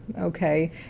okay